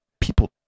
people